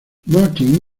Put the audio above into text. martin